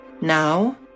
Now